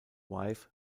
wife